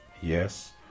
Yes